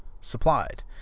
supplied